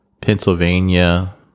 Pennsylvania